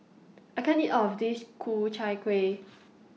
I can't eat All of This Ku Chai Kueh